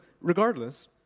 regardless